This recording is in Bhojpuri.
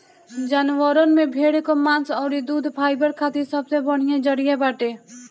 जानवरन में भेड़ कअ मांस अउरी दूध फाइबर खातिर सबसे बढ़िया जरिया बाटे